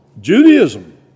Judaism